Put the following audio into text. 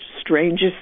strangest